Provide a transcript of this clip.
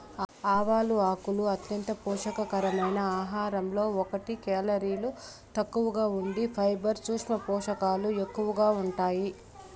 ఆవాల ఆకులు అంత్యంత పోషక కరమైన ఆహారాలలో ఒకటి, కేలరీలు తక్కువగా ఉండి ఫైబర్, సూక్ష్మ పోషకాలు ఎక్కువగా ఉంటాయి